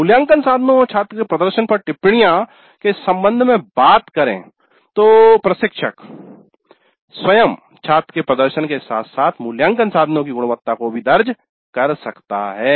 मूल्यांकन साधनों और छात्र के प्रदर्शन पर टिप्पणियों के सम्बन्ध में बात करे तो प्रशिक्षक स्वयं छात्रों के प्रदर्शन के साथ साथ मूल्यांकन साधनों की गुणवत्ता को भी दर्ज कर सकता है